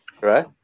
Right